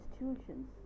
institutions